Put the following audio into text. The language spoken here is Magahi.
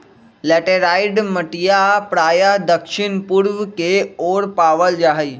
लैटेराइट मटिया प्रायः दक्षिण पूर्व के ओर पावल जाहई